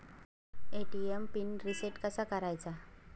ATM PIN reset कसा करायचा?